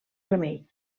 remei